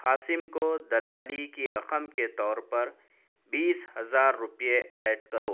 قاسم کو دلالی کی رقم کے طور پر بیس ہزار روپئے ایڈ کرو